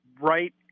right